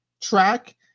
track